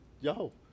Yo